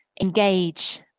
engage